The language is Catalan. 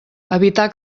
evitar